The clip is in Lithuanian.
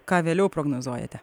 ką vėliau prognozuojate